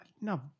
No